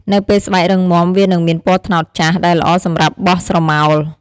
នៅពេលស្បែករឹងមាំ វានិងមានពណ៌ត្នោតចាស់ ដែលល្អសម្រាប់បោះស្រមោល។